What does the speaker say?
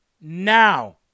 now